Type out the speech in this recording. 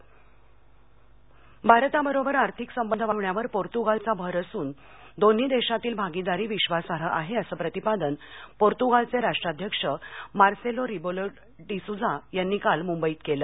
Portugal भारताबरोबर आर्थिक संबंध वाढवण्यावर पोर्तुगालचा भर असून दोन्ही देशांतील भागीदारी विश्वासाई आहे असं प्रतिपादन पोर्तुगालचे राष्ट्राध्यक्ष मार्सेलो रिबेलो डी सुसा यांनी काल मुंबईत केलं